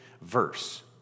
verse